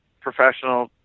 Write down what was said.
professional